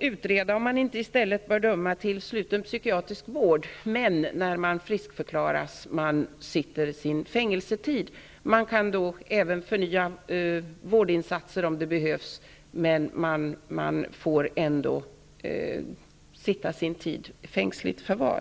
utreda om det är möjligt att döma personer till sluten psykiatrisk vård när så är erforderligt, men att låta dessa personer sitta av sin fängelsetid när de blir friskskrivna? De kan få förnyade vårdinsatser om så behövs, men de får ändå sitta sin tid i fängsligt förvar.